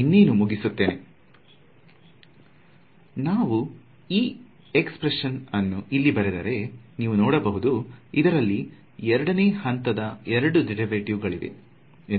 ಇನ್ನೇನು ಮುಗಿಸುತ್ತೇನೆ ನಾವು ಈ ಏಕ್ಸ್ಪ್ರೆಶನ್ ಅನ್ನು ಇಲ್ಲಿ ಬರೆದರೆ ನೀವು ನೋಡಬಹುದು ಇದರಲ್ಲಿ ಎರಡನೇ ಹಂತದ ಎರಡು ಡೇರಿವೆಟಿವ್ ಗಳಿವೆ ಎಂದು